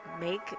make